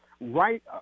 right